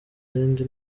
zindi